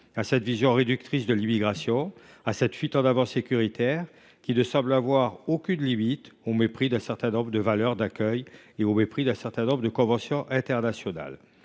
à cette vision réductrice de l’immigration, à cette fuite en avant sécuritaire, qui ne semble avoir aucune limite, au mépris d’un certain nombre de nos valeurs et de conventions internationales.